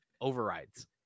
overrides